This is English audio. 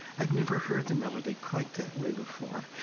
i've never heard the melody quite that way before.